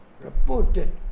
reported